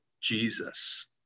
Jesus